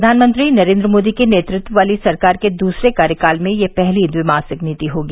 प्रधानमंत्री नरेंद्र मोदी के नेतृत्व वाली सरकार के दूसरे कार्यकाल में यह पहली द्विमासिक नीति होगी